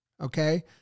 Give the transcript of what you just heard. okay